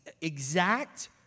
exact